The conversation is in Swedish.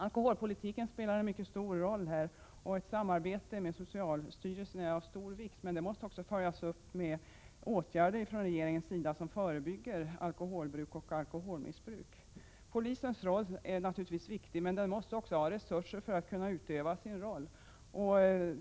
Alkoholpolitiken spelar här en mycket stor roll, och ett samarbete med socialstyrelsen är av stor vikt, men det måste också följas upp med åtgärder från regeringens sida som förebygger alkoholbruk och alkoholmissbruk. Polisens roll är naturligtvis viktig, men polisen måste också ha resurser för att kunna fylla sin funktion.